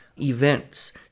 events